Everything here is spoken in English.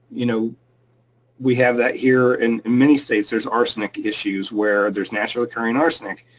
you know we have that here in many states. there's arsenic issues where there's naturally occurring arsenic.